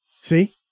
See